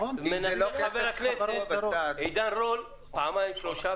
חבר הכנסת עידן רול מנסה פעמיים ושלוש,